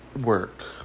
work